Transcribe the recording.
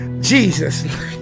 Jesus